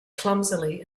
clumsily